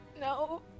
No